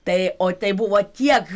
tai o tai buvo tiek